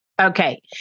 Okay